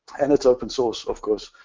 and it's open source of course.